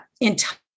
entire